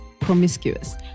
promiscuous